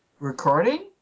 Recording